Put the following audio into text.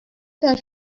that